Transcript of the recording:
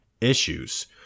issues –